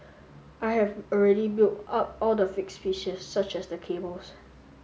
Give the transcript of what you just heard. I have already built up all the fixed pieces such as the cables